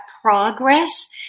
progress